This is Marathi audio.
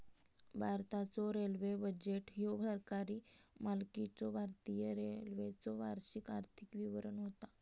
भारताचो रेल्वे बजेट ह्यो सरकारी मालकीच्यो भारतीय रेल्वेचो वार्षिक आर्थिक विवरण होता